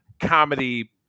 comedy